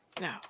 No